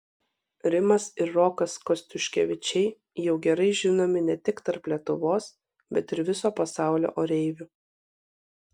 rimas ir rokas kostiuškevičiai jau gerai žinomi ne tik tarp lietuvos bet ir viso pasaulio oreivių